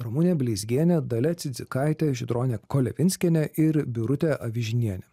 ramunė bleizgienė dalia cidzikaitė žydronė kolevinskienė ir birutė avižinienė